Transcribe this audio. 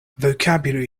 vocabulary